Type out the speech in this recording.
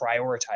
prioritize